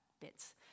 bits